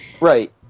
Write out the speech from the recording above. Right